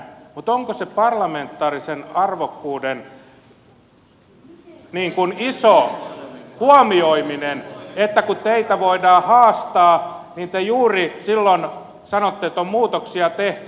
mutta onko se parlamentaarisen arvokkuuden iso huomioiminen että kun teitä voidaan haastaa niin te juuri silloin sanotte että on muutoksia tehty